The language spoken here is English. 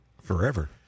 Forever